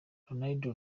ronaldo